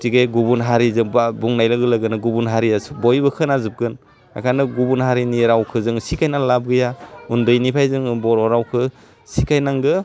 गथिखे गुबुन हारिजों बा बुंनाय लोगो लोगोनो गुबुन हारियासो बयबो खोना जोबगोन बेखायनो गुबुन हारिनि रावखौ जों सिखायना लाब गैया उन्दैनिफाय जोङो बर' रावखौ सिखायनांगौ